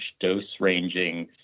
dose-ranging